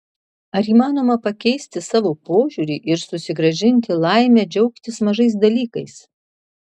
ar įmanoma pakeisti savo požiūrį ir susigrąžinti laimę džiaugtis mažais dalykais